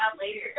later